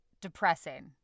depressing